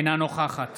אינה נוכחת